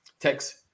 Text